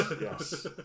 yes